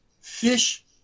fish